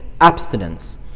abstinence